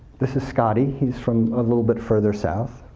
this is scottie, he's from a little bit further south,